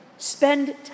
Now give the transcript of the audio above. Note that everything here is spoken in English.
Spend